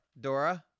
Dora